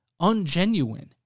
ungenuine